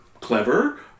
clever